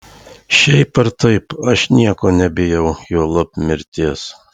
šiaip ar taip aš nieko nebijau juolab mirties